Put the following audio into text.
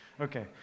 okay